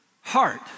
heart